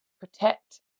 protect